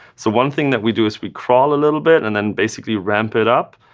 so one thing that we do is we crawl a little bit, and then basically ramp it up.